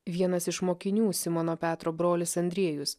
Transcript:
vienas iš mokinių simono petro brolis andriejus